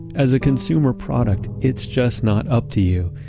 as a consumer product, it's just not up to you.